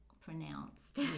pronounced